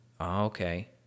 Okay